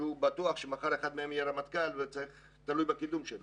כשהוא בטוח שמחר אחד מהם יהיה רמטכ"ל והוא תלוי בקידום שלו.